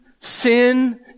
sin